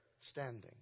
standing